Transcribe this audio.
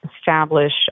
establish